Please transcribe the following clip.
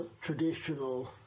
traditional